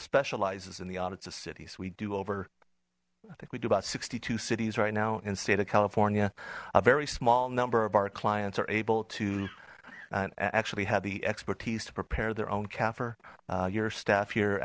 specializes in the audits of cities we do over i think we do about sixty two cities right now in state of california a very small number of our clients are able to actually have the expertise to prepare their own cafer your staff